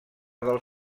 del